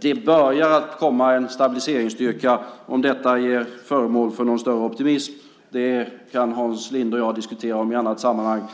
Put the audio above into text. Det börjar komma en stabiliseringsstyrka. Om detta ger anledning till någon större optimism kan Hans Linde och jag diskutera i annat sammanhang.